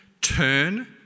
Turn